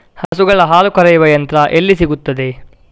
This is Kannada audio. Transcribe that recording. ಹಸುಗಳ ಹಾಲು ಕರೆಯುವ ಯಂತ್ರ ಎಲ್ಲಿ ಸಿಗುತ್ತದೆ?